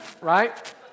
right